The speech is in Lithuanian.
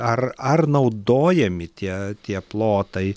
ar ar naudojami tie tie plotai